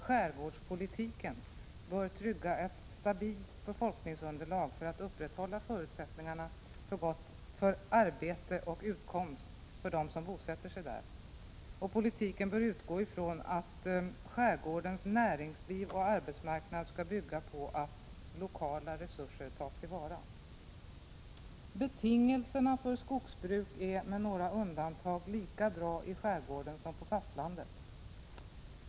Skärgårdspolitiken bör därför trygga ett stabilt befolkningsunderlag för att upprätthålla förutsättningarna för arbete och utkomst för dem som bosätter sig där, och politiken bör utgå från att skärgårdens näringsliv och arbetsmarknad skall bygga på att lokala resurser tas till vara. Betingelserna för skogsbruk är med några undantag lika bra i skärgården som på fastlandet.